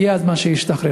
הגיע הזמן שישתחרר.